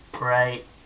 Right